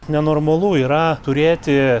nenormalu yra turėti